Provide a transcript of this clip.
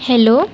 hello